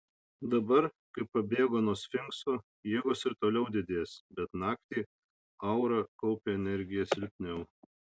dabar kai pabėgo nuo sfinkso jėgos ir toliau didės bet naktį aura kaupia energiją silpniau